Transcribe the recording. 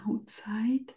outside